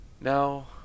Now